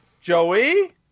Joey